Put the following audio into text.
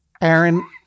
Aaron